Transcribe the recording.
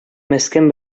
мескен